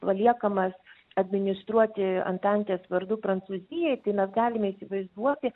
paliekamas administruoti antantės vardu prancūzijai tai mes galime įsivaizduoti